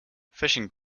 fishing